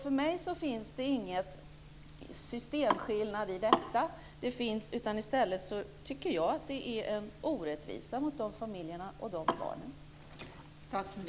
För mig finns det ingen systemskillnad i detta. I stället tycker jag att det är en orättvisa mot dessa familjer och barn.